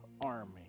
army